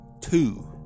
two